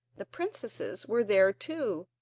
the princesses were there too,